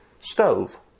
stove